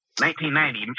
1990